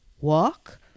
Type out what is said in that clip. walk